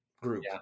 group